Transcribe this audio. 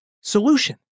solution